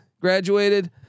graduated